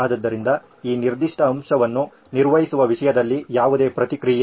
ಆದ್ದರಿಂದ ಈ ನಿರ್ದಿಷ್ಟ ಅಂಶವನ್ನು ನಿರ್ವಹಿಸುವ ವಿಷಯದಲ್ಲಿ ಯಾವುದೇ ಪ್ರತಿಕ್ರಿಯೆ